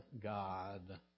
God